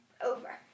over